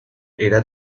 era